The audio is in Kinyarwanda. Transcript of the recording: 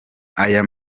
aya